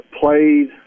played